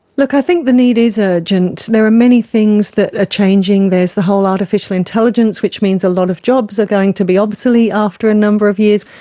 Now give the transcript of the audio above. look, i think the need is urgent. there are many things that are ah changing, there's the whole artificial intelligence which means a lot of jobs are going to be obsolete after a number of years.